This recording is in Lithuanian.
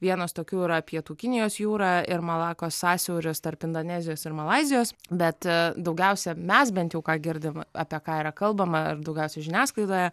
vienas tokių yra pietų kinijos jūra ir malakos sąsiauris tarp indonezijos ir malaizijos bet daugiausiai mes bent jau ką girdim apie ką yra kalbama ar daugiausiai žiniasklaidoje